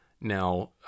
now